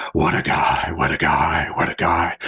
what a guy, what a guy, what a guy.